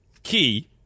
Key